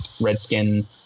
Redskin